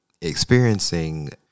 experiencing